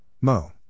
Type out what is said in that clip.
Mo